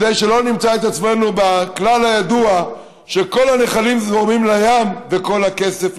כדי שלא נמצא את עצמנו בכלל הידוע שכל הנחלים זורמים לים וכל הכסף,